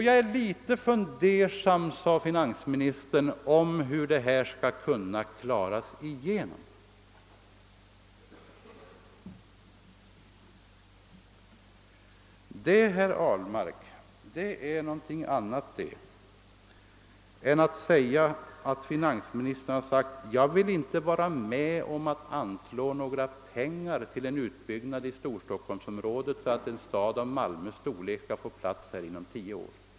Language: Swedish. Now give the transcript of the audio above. Jag är litet fundersam om hur det här skall kunna klaras av.> Detta, herr Ahlmark, är någonting annat än att finansministern skulle ha sagt: Jag vill inte vara med om att anslå några pengar till en utbyggnad i Storstockholmsområdet så att en stad av Malmös storlek skall få plats där inom tio år.